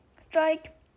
strike